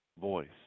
voice